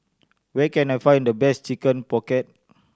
where can I find the best Chicken Pocket